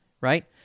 Right